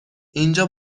اینجا